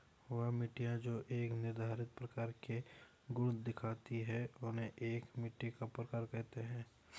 वह मिट्टियाँ जो एक निर्धारित प्रकार के गुण दिखाती है उन्हें एक मिट्टी का प्रकार कहते हैं